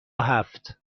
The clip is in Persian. هفت